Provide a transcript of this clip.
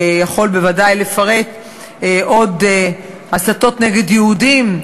יכול בוודאי לפרט עוד הסתות נגד יהודים,